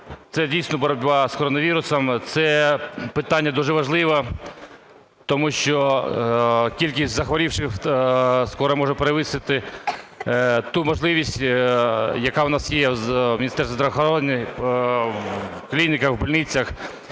це дійсно боротьба з коронавірусом. Це питання дуже важливе, тому що кількість захворівших скоро може перевищити ту можливість, яка в нас є в Міністерстві здравоохорони, в клініках, в больницах,